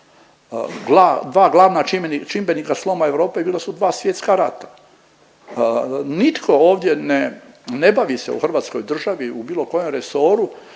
Dva glavna čimbenika sloma Europa bila su dva svjetska rata. Nitko ovdje ne ne bavi se u hrvatskoj državi u bilo kojem resoru